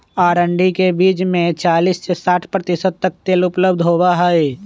अरंडी के बीज में चालीस से साठ प्रतिशत तक तेल उपलब्ध होबा हई